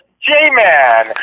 J-Man